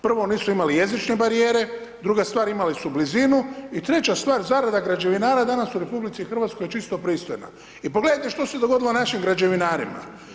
Prvo nisu imali jezične barijere, druga stvar imali su blizinu i treća stvar zarada građevinara danas u RH je čisto pristojna i pogledajte što se dogodilo našim građevinarima.